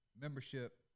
membership